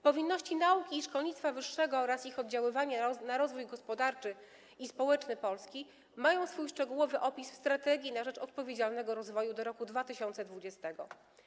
Powinności nauki i szkolnictwa wyższego oraz ich oddziaływanie na rozwój gospodarczy i społeczny Polski mają swój szczegółowy opis w „Strategii na rzecz odpowiedzialnego rozwoju do roku 2020”